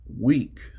week